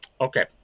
Okay